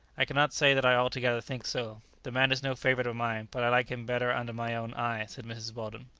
i cannot say that i altogether think so. the man is no favourite of mine, but i like him better under my own eye, said mrs. weldon.